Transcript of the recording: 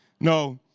no,